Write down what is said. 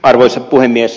arvoisa puhemies